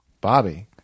Bobby